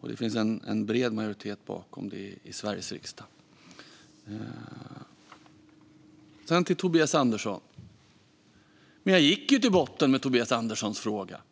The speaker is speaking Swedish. det. Det finns en bred majoritet bakom detta i Sveriges riksdag. Till Tobias Andersson vill jag säga att jag gick till botten med hans fråga.